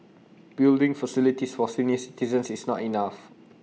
building facilities for senior citizens is not enough